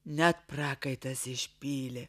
net prakaitas išpylė